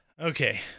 Okay